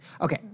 Okay